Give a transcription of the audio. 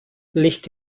licht